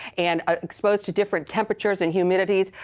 and ah exposed to different temperatures and humidity's,